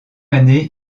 année